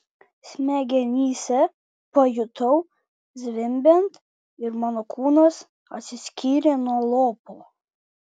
smegenyse pajutau zvimbiant ir mano kūnas atsiskyrė nuo lopo